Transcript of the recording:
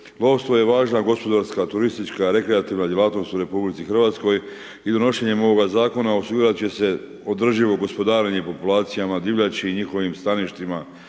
Lovstvo je važna gospodarska, turistička, rekreativna djelatnost u RH i donošenjem ovoga zakona osigurat će se održivo gospodarenje populacijama divljači i njihovim staništima